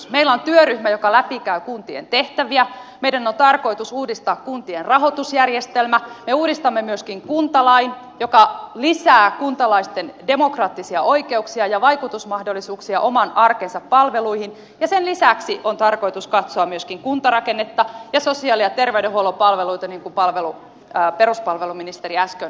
meillä on työryhmä joka käy läpi kuntien tehtäviä meidän on tarkoitus uudistaa kuntien rahoitusjärjestelmä me uudistamme myöskin kuntalain joka lisää kuntalaisten demokraattisia oikeuksia ja vaikutusmahdollisuuksia oman arkensa palveluihin ja sen lisäksi on tarkoitus katsoa myöskin kuntarakennetta ja sosiaali ja ter veydenhuollon palveluita niin kuin peruspalveluministeri äsken kertoi